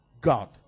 God